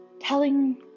telling